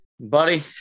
Buddy